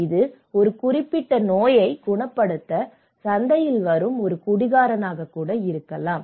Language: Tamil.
இது ஒரு குறிப்பிட்ட நோயைக் குணப்படுத்த சந்தையில் வரும் ஒரு குடிகாரனாக இருக்கலாம்